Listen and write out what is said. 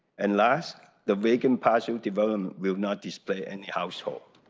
and last, the vacant parcel development will not displace any household.